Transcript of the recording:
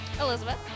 Elizabeth